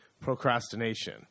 Procrastination